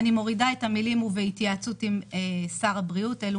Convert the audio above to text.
אני מורידה את המילים ובהתייעצות עם שר הבריאות - אלו